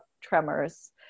tremors